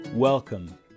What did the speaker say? Welcome